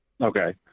Okay